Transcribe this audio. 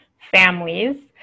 Families